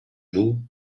бул